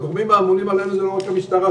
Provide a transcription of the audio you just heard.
הגורמים האמונים זה לא רק המשטרה,